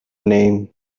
name